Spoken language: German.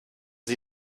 sie